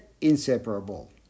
inseparable